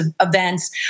events